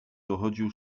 dochodził